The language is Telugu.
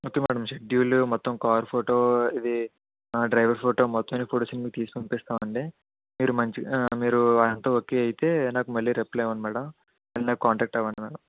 ఓకే మేడం షెడ్యూల్ మొత్తం కార్ ఫోటో ఇది మా డ్రైవర్ ఫోటో మొత్తం ఫొటోస్ అన్ని మీకు తీసి పంపిస్తాం అండి మీరు మంచి మీరు అంత ఓకే అయితే మళ్ళీ నాకు రిప్లై ఇవ్వండి మేడం నన్ను కాంటాక్ట్ అవ్వండి మేడం